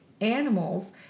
animals